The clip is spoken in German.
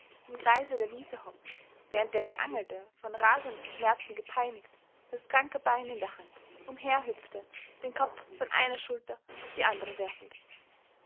im kreise auf der wiese hocken während der geangelte von rasenden schmerzen gepeinigt das kranke bein in der hand umherhüpfte den kopf von einer schulter auf die andere werfend